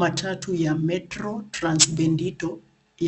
Matatu ya Metro Trans Bendito